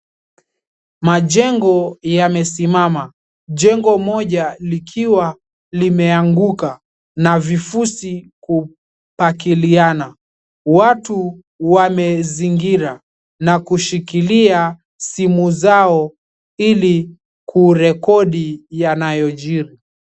Majengo yamesimama. Jengo moja likiwa limeanguka na vifusi kupakiliana. Watu wamezingira na kushikilia simu zao ili kurekodi yanayojiri.